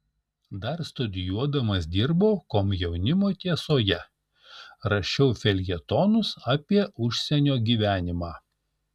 dar studijuodamas dirbau komjaunimo tiesoje rašiau feljetonus apie užsienio gyvenimą